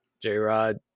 j-rod